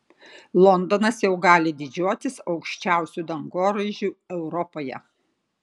londonas jau gali didžiuotis aukščiausiu dangoraižiu europoje